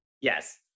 Yes